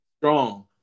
strong